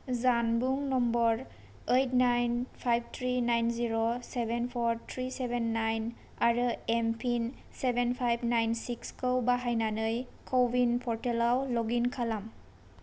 जानबुं number eight nine five three nine zero seven four three seven nine आरो MPIN seven five nine six खौ बाहायनानै CoWIN पर्टेलाव log in खालाम